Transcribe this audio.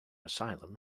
asylum